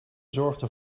zorgde